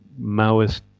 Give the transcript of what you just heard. Maoist